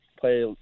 play